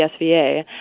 SVA